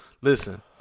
listen